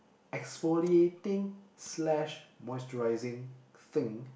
exfoliating slash moisturising thing